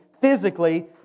physically